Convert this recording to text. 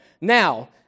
Now